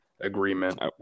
Agreement